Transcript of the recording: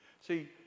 See